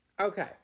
Okay